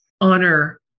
honor